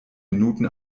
minuten